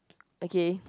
okay